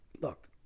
look